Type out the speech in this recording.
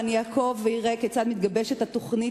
ואני אעקוב ואראה כיצד מתגבשת התוכנית